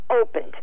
opened